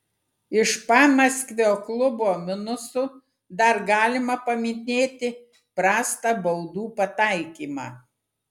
iš pamaskvio klubo minusų dar galima paminėti prastą baudų pataikymą